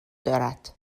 دارد